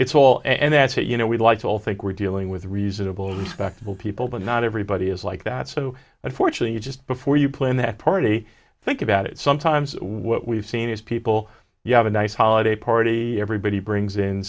it's all and that's what you know we like to think we're dealing with reasonable respectable people but not everybody is like that so unfortunately just before you plan that party think about it sometimes what we've seen is people you have a nice holiday party everybody brings in